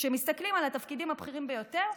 וכשמסתכלים על התפקידים הבכירים ביותר,